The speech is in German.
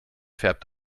färbt